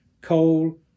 coal